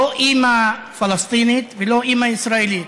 לא אימא פלסטינית ולא אימא ישראלית,